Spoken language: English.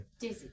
Daisy